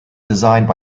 designed